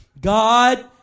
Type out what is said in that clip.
God